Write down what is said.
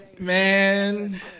man